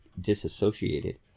disassociated